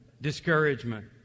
discouragement